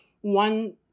one